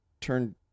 turn